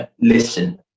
Listen